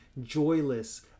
joyless